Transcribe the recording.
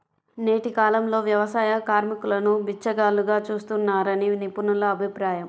నేటి కాలంలో వ్యవసాయ కార్మికులను బిచ్చగాళ్లుగా చూస్తున్నారని నిపుణుల అభిప్రాయం